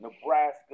Nebraska